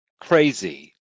crazy